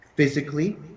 physically